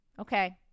okay